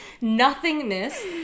nothingness